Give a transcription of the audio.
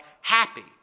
happy